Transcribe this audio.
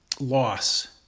loss